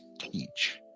teach